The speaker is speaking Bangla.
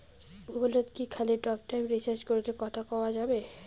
মোবাইলত কি খালি টকটাইম রিচার্জ করিলে কথা কয়া যাবে?